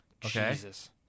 Jesus